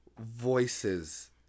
voices